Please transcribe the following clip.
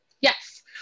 Yes